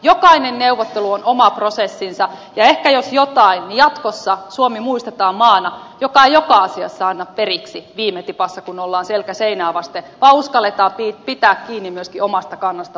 jokainen neuvottelu on oma prosessinsa ja ehkä jos jotain niin jatkossa suomi muistetaan maana joka ei joka asiassa anna periksi viime tipassa kun ollaan selkä seinää vasten vaan uskaltaa pitää kiinni myöskin omasta kannastaan loppuun asti